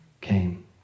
came